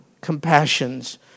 compassions